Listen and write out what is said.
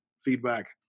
feedback